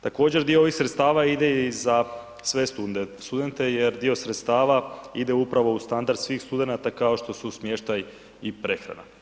Također dio ovih sredstava ide i za sve studente jer dio sredstava ide upravo u standard svih studenata kao što su smještaj i prehrana.